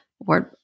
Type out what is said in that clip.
word